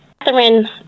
Catherine